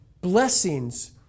blessings